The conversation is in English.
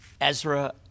Ezra